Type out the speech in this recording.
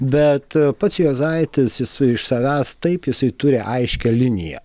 bet pats juozaitis jisai iš savęs taip jisai turi aiškią liniją